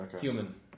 Human